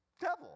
devil